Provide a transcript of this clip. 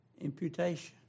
imputation